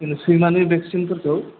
सैमानि भेखसिनफोरखौ